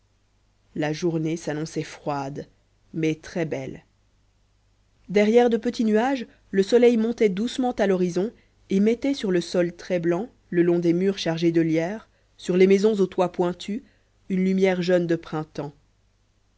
la journée s'annonçait froide mais très belle derrière de petits nuages le soleil montait doucement à l'horizon et mettait sur le sol très blanc le long des murs chargés de lierre sur les maisons aux toits pointus une lumière jeune de printemps